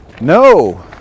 No